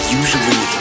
usually